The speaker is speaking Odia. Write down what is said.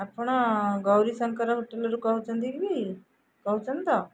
ଆପଣ ଗୌରୀଶଙ୍କର ହୋଟେଲରୁ କହୁଛନ୍ତି କି କହୁଛନ୍ତି ତ